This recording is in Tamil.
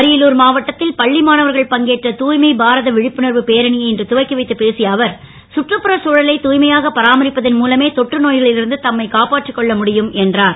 அரியலூர் மாவட்டத் ல் பள்ளி மாணவர்கள் பங்கேற்ற தூ மை பாரத வி ப்புணர்வு பேரணியை இன்று துவக்கி வைத்துப் பேசிய அவர் சுற்றுப்புறச் தழலை தூ மையாக பராமரிப்பதன் மூலமே தொற்றுநோ களில் இருந்து தம்மை காப்பாற்றிக் கொள்ள முடியும் என்றார்